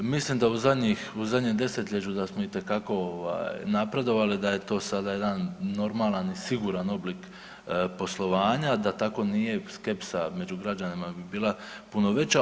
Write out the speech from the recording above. Mislim da u zadnjih, u zadnjem desetljeću da smo itekako ovaj napredovali, da je to sada jedan normalan i siguran oblik poslovanja, da tako nije skepsa među građanima bi bila puno veća.